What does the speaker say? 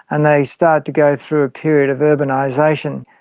and they start to go through a period of urbanisation.